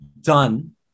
done